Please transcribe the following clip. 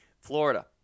Florida